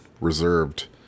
reserved